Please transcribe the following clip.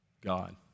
God